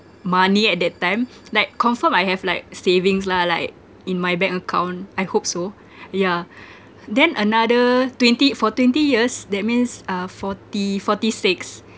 money at that time like confirm I have like savings lah like in my bank account I hope so yeah then another twenty for twenty years that means uh forty forty six